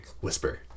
Whisper